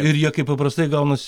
ir jie kaip paprastai gaunasi